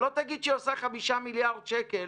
שלא תגיד שהיא עושה 5 מיליארד שקל,